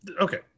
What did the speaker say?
Okay